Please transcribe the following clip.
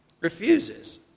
refuses